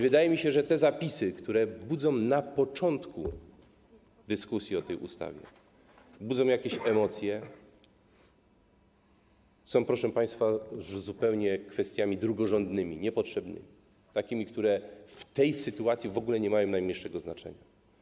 Wydaje mi się, że te zapisy, które na początku dyskusji o tej ustawie budzą jakieś emocje, są, proszę państwa, zupełnie kwestiami drugorzędnymi, niepotrzebnymi, takimi, które w tej sytuacji nie mają w ogóle najmniejszego znaczenia.